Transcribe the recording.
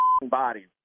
bodies